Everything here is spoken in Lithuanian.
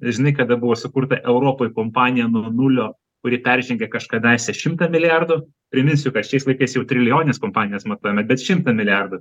žinai kada buvo sukurta europoj kompanija nuo nulio kuri peržengė kažkadaise šimtą milijardų priminsiu kad šiais laikais jau trilijonines kompanijas matuojame bet šimtą milijardų